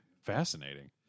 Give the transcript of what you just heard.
Fascinating